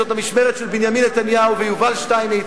זאת המשמרת של בנימין נתניהו ויובל שטייניץ,